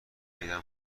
دیدم